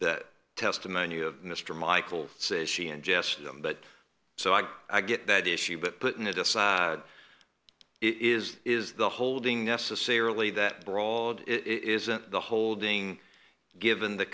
that testimony of mr michael says she ingested them but so i i get that issue but putting that aside it is is the holding necessarily that brawled isn't the holding given the